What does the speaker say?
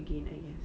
again I guess